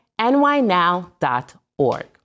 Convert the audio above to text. nynow.org